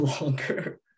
longer